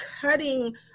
cutting